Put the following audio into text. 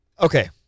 Okay